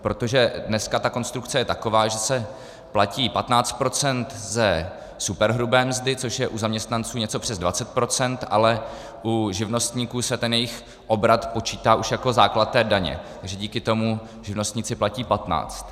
Protože dneska ta konstrukce je taková, že se platí 15 % ze superhrubé mzdy, což je u zaměstnanců něco přes 20 %, ale u živnostníků se ten jejich obrat počítá už jako základ daně, takže díky tomu živnostníci platí patnáct.